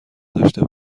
داشته